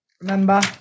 Remember